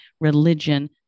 religion